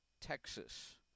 Texas